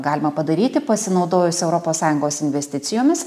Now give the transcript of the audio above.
galima padaryti pasinaudojus europos sąjungos investicijomis